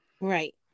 Right